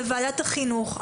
לוועדת החינוך,